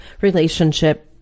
Relationship